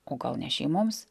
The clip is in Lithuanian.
o gal ne šeimoms